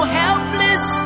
helpless